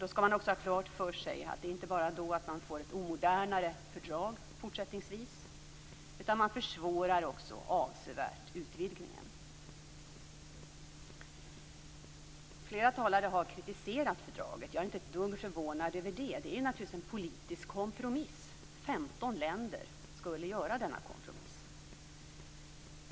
Då skall man ha klart för sig att man inte bara får ett omodernare fördrag fortsättningsvis utan att man också försvårar utvidgningen avsevärt. Flera talare har kritiserat fördraget, och jag är inte ett dugg förvånad över det. Det är naturligtvis en politisk kompromiss. 15 länder skulle göra denna kompromiss.